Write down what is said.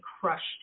crushed